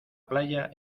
playa